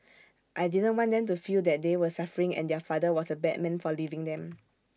I didn't want them to feel that they were suffering and their father was A bad man for leaving them